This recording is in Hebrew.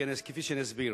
כפי שאני אסביר.